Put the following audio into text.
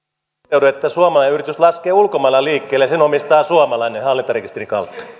toteudu että suomalainen yritys laskee ulkomailla liikkeelle ja sen omistaa suomalainen hallintarekisterin